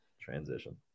Transition